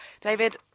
David